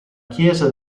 chiesa